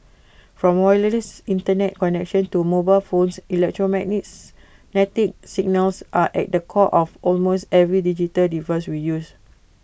from wireless Internet connections to mobile phones signals are at the core of almost every digital device we use